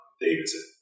Davidson